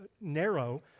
narrow